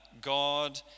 God